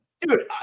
dude